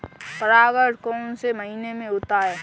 परागण कौन से महीने में होता है?